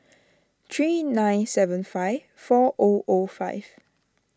three nine seven five four O O five